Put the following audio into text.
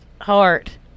heart